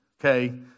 okay